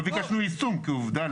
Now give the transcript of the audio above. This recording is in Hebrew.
לא ביקשנו כיישום.